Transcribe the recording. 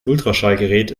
ultraschallgerät